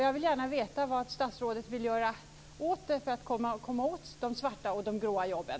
Jag vill gärna veta vad statsrådet vill göra för att man skall komma åt de svarta och gråa jobben.